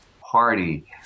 party